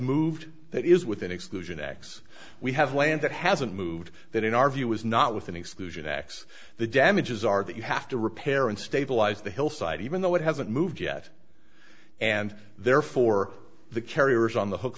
moved that is within exclusion acts we have land that hasn't moved that in our view is not with an exclusion acts the damages are that you have to repair and stabilize the hillside even though it hasn't moved yet and therefore the carrier is on the hook